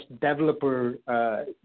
developer